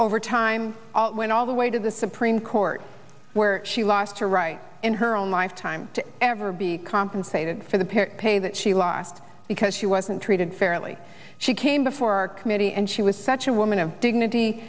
overtime when all the way to the supreme court where she lost her right in her own lifetime to ever be compensated for the pair pay that she lost because she wasn't treated fairly she came before our committee and she was such a woman of dignity